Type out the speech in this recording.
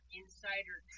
insider